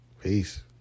Peace